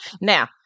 Now